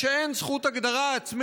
הגיוס.